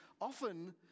often